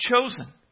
chosen